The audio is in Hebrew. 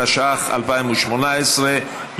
התשע"ח 2018,